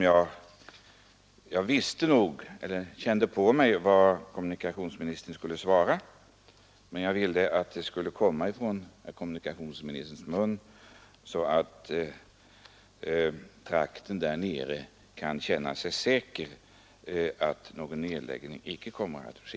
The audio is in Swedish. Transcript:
Jag anade visserligen vad kommunikationsministern skulle svara, men jag ville att beskedet skulle komma från kommunikationsministerns mun, så att den berörda trakten kan känna sig säker på att någon nedläggning icke kommer att ske.